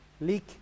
Leak